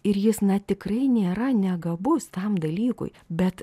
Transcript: ir jis na tikrai nėra negabus tam dalykui bet